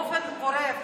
באופן גורף,